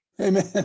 Amen